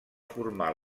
formar